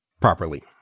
properly